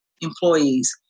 employees